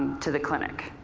to the clinic.